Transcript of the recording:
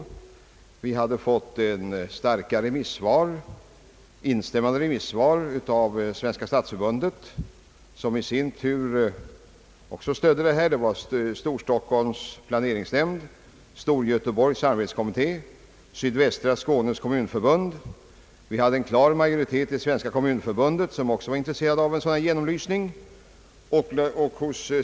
Det hade lämnats instämmande remisssvar av Svenska stadsförbundet, Stor Stockholms = planeringsnämnd, <:Stor Göteborgs samarbetskommitté och Sydvästra Skånes kommunalförbund. Vidare förelåg en klar majoritet till förmån för motionärernas syften inom Svenska kommunförbundet.